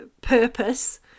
purpose